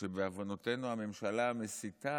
שבעוונותינו הממשלה המסיתה